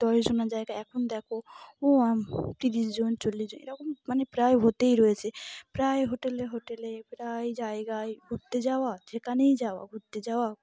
দশ জনের জায়গায় এখন দেখো ও তিরিশ জন চল্লিশ জন এরকম মানে প্রায় হতেই রয়েছে প্রায় হোটেলে হোটেলে প্রায় জায়গায় ঘুরতে যাওয়া যেখানেই যাওয়া ঘুরতে যাওয়া